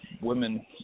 women